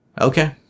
Okay